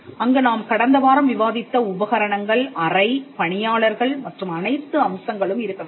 அங்கு நாம் கடந்த வாரம் விவாதித்த உபகரணங்கள் அறை பணியாளர்கள் மற்றும் அனைத்து அம்சங்களும் இருக்க வேண்டும்